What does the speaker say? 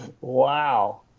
wow